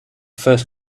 first